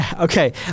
Okay